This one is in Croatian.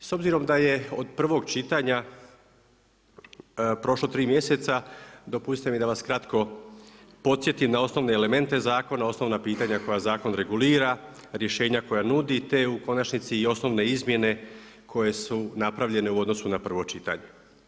S obzirom da je od prvog čitanja prošlo 3 mjeseca, dopustite mi da vas kratko podsjetim na osnovne elemente zakona, osnovna pitanja koja zakon regulira, rješenja koja nudi, te u konačnici i osnovne izmjene koje su napravljene u odnosu na prvo čitanje.